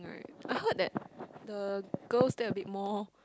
right I heard that the girls there a bit more